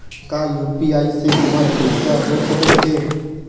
का यू.पी.आई से हमर पईसा हो सकत हे?